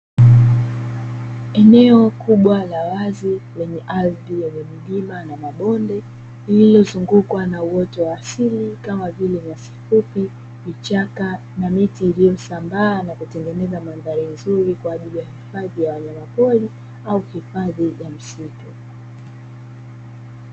Eneo kubwa la wazi lenye ardhi yenye milima na mabonde, lilozungukwa na uoto wa asili kama vile: nyasi fupi, vichaka na miti iliyosambaa na kutengeneza mandhari nzuri kwaajili ya hifadhi ya wanyama pori au hifadhi ya msitu.